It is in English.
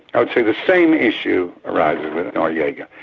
i would say the same issue arises with noriega.